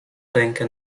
rękę